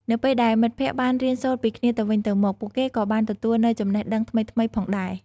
នៅពេលដែលមិត្តភក្តិបានរៀនសូត្រពីគ្នាទៅវិញទៅមក ពួកគេក៏បានទទួលនូវចំណេះដឹងថ្មីៗផងដែរ។